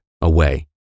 away